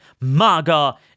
MAGA